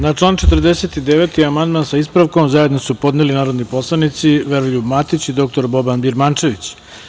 Na član 49. amandman, sa ispravkom, zajedno su podneli narodni poslanici Veroljub Matić i dr Boban Birmančević.